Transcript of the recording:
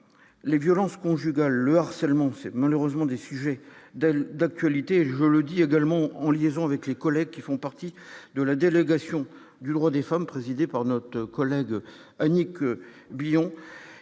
les violences conjugales, le harcèlement fait malheureusement des sujets d'actualité, et je le dis également en liaison avec les collègues qui font partie de la délégation du droit des femmes présidée par notre collègue Annie que Guillon